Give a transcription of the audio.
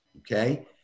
okay